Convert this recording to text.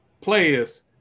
players